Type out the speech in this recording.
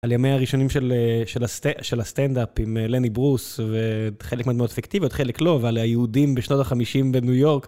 על ימיה הראשונים של הסטנדאפ עם לני ברוס וחלק מהדמויות פיקטיביות, חלק לא, ועל היהודים בשנות ה-50 בניו יורק.